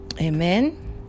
Amen